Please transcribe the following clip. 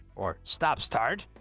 or stop start